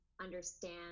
understand